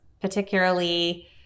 particularly